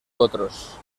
otros